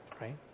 right